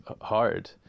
hard